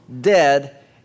dead